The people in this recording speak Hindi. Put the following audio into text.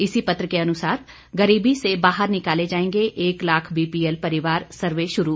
इसी पत्र के अनुसार गरीबी से बाहर निकाले जाएंगे एक लाख बीपीएल परिवार सर्वे शुरू